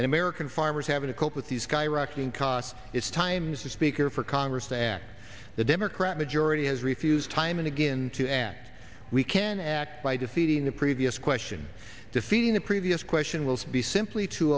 in american farmers having to cope with these cairo acting costs it's times the speaker for congress act the democrat majority has refused time and again to act we can act by defeating the previous question defeating the previous question will be simply to